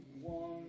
one